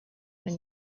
than